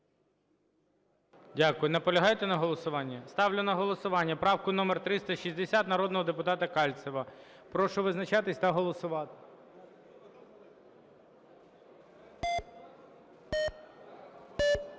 Дякую. Наполягаєте на голосуванні? Ставлю на голосування правку номер 360 народного депутата Кальцева. Прошу визначатись та голосувати.